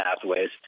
pathways